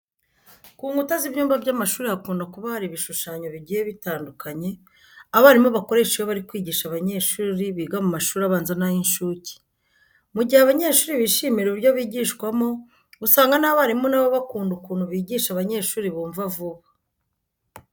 Ku nkuta z'ibyumba by'amashuri hakunda kuba hari ibishushanyo bigiye bitandukanye abarimu bakoresha iyo bari kwigisha abanyeshuri biga mu mashuri abanza n'ay'incuke. Mu gihe abanyeshuri bishimira uburyo bigishwamo usanga n'abarimu na bo bakunda ukuntu bigisha abanyeshuri bumva vuba.